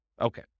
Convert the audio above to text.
Okay